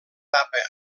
tapa